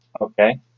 Okay